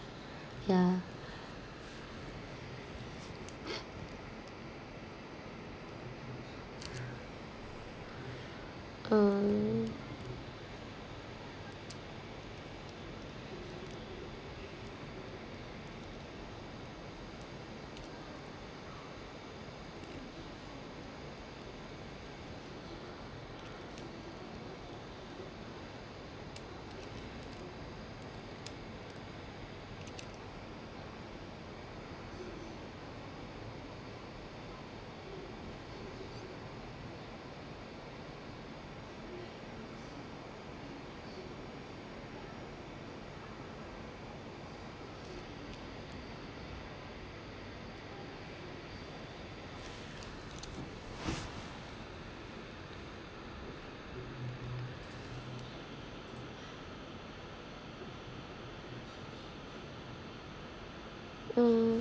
yeah um uh